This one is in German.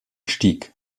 stieg